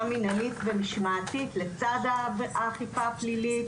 מנהלית ומשמעתית לצד האכיפה הפלילית.